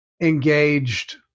engaged